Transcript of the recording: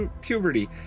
puberty